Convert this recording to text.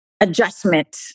adjustment